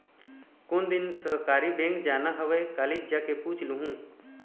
कोन दिन सहकारी बेंक जाना हवय, कालीच जाके पूछ लूहूँ